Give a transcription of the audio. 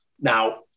now